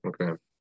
Okay